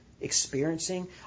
experiencing